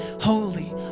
holy